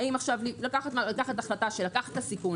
האם לקחת את הסיכון,